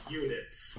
units